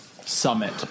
summit